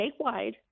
statewide